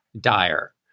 dire